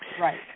Right